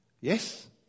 Yes